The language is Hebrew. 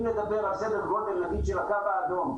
אם נדבר על זה בגודל של הקו האדום,